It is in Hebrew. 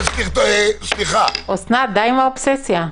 אסנת, די עם האובססיה.